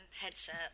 headset